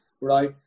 Right